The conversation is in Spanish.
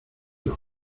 los